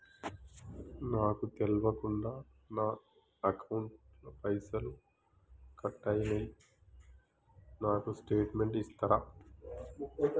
నాకు తెల్వకుండా నా అకౌంట్ ల పైసల్ కట్ అయినై నాకు స్టేటుమెంట్ ఇస్తరా?